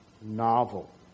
novel